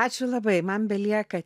ačiū labai man belieka